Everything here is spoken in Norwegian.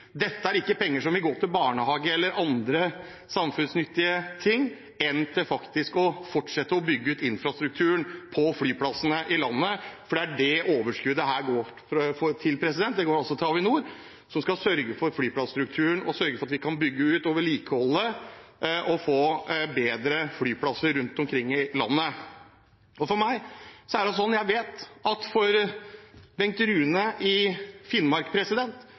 Dette er ikke penger som vil gå til barnehage eller andre samfunnsnyttige ting, men til faktisk å fortsette å bygge ut infrastrukturen på flyplassene i landet. For det er det overskuddet her går til. Det går til Avinor, som skal sørge for flyplasstrukturen og sørge for at vi kan bygge ut og vedlikeholde og få bedre flyplasser rundt omkring i landet. For meg er det sånn: Jeg vet at for Bengt Rune i Finnmark